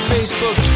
Facebook